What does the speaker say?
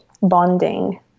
bonding